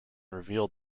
revealed